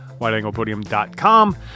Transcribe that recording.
wideanglepodium.com